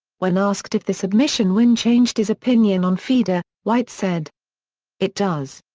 when asked if the submission win changed his opinion on fedor, white said it does.